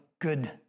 good